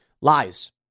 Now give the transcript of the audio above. Lies